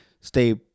stay